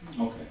Okay